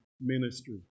ministry